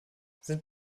sind